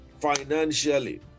financially